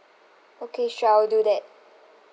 okay sure I will do that